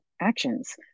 actions